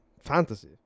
fantasy